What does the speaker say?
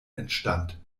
entstand